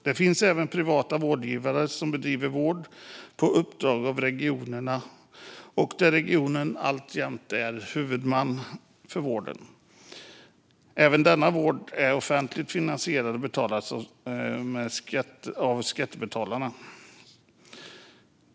Det finns även privata vårdgivare som bedriver vård på uppdrag av en region och där regionen alltjämt är huvudman för vården. Även denna vård är offentligt finansierad och betald av skattebetalarna.